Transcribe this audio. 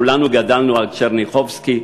כולנו גדלנו על טשרניחובסקי,